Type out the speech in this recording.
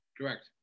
Correct